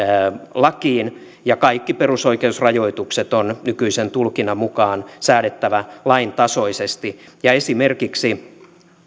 lakiin ja kaikki perusoikeusrajoitukset on nykyisen tulkinnan mukaan säädettävä lain tasoisesti esimerkiksi